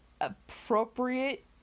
appropriate